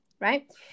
right